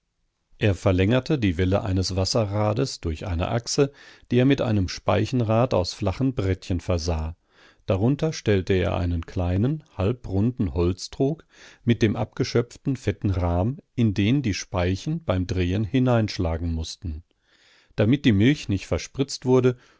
er verlängerte die welle eines wasserrades durch eine achse die er mit einem speichenrad aus flachen brettchen versah darunter stellte er einen kleinen halbrunden holztrog mit dem abgeschöpften fetten rahm in den die speichen beim drehen hineinschlagen mußten damit die milch nicht verspritzt wurde